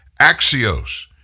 Axios